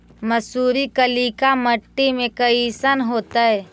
मसुरी कलिका मट्टी में कईसन होतै?